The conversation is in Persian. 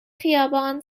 خیابان